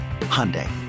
Hyundai